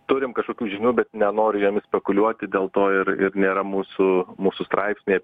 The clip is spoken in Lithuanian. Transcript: turim kažkokių žinių bet nenoriu jomis spekuliuoti dėl to ir nėra mūsų mūsų straipsnyje